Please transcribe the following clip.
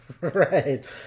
Right